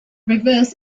reverse